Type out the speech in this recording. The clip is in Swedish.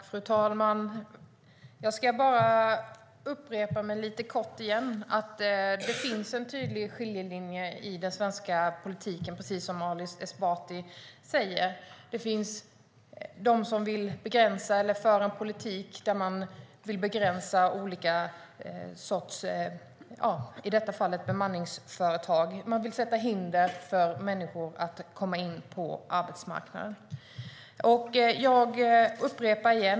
Fru talman! Jag ska bara upprepa att det finns en tydlig skiljelinje i den svenska politiken, precis som Ali Esbati säger. Det finns de som vill föra en politik där man begränsar olika sorts företags, i detta fall bemanningsföretags, verksamhet. Man vill sätta upp hinder för människor att komma in på arbetsmarknaden.